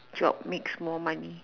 job makes more money